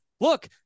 look